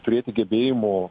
turėti gebėjimų